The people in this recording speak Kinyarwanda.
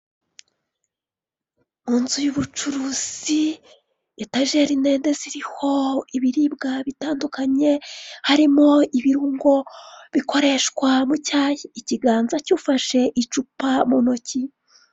Mu nzu y'ubucuruzi etajeri ndende ziriho ibiribwa bitandukanye, harimo ibirungo bikoreshwa mu cyayi. Ikiganza cy'ufashe icupa mu ntoki.